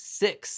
six